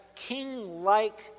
king-like